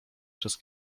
przez